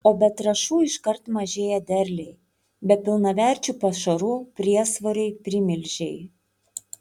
o be trąšų iškart mažėja derliai be pilnaverčių pašarų priesvoriai primilžiai